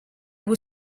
will